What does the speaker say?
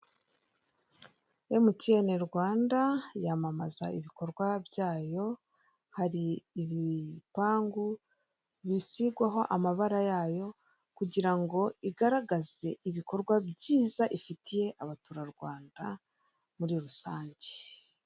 Emutiyene Rwanda yamamaza ibikorwa byayo, hari ibipangu bisigwaho amabara yayo kugirango igaragaze ibikorwa byiza ifitiye abaturarwanda muri rusange.